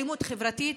אלימות חברתית,